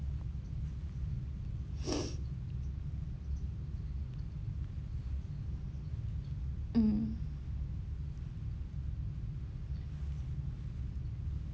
mm